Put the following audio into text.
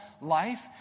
life